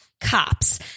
cops